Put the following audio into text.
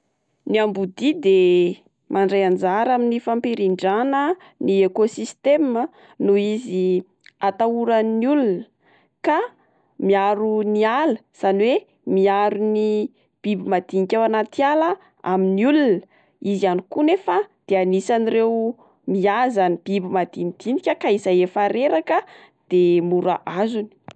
Ny amboadia de mandray anjara amin'ny fampirindrana ny ekôsistema noho izy atahoran'ny olona ka miaro ny ala, izany hoe miaro ny biby madinika ao anaty ala amin'ny olona izy ihany koa nefa de anisan'ireo mihaza ny biby madinidinika ka izay efa reraka de mora hazony.